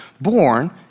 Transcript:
born